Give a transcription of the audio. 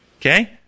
okay